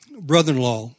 brother-in-law